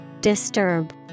Disturb